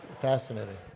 Fascinating